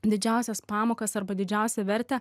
didžiausias pamokas arba didžiausią vertę